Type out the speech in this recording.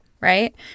right